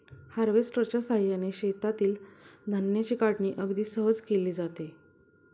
हार्वेस्टरच्या साहाय्याने शेतातील धान्याची काढणी अगदी सहज केली जाते